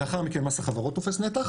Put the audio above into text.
לאחר מכן מס החברות תופס נתח